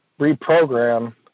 reprogram